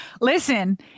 Listen